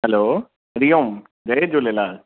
हलो हरि ओम जय झूलेलाल